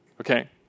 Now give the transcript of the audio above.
okay